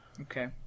Okay